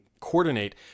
coordinate